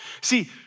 See